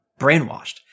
brainwashed